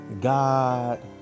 God